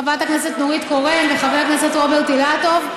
חברת הכנסת נורית קורן וחבר הכנסת רוברט אילטוב,